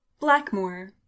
Blackmore